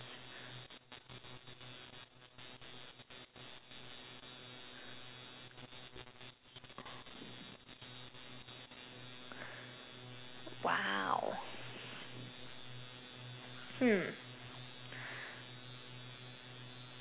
!wow! hmm